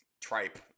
tripe